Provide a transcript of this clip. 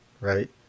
right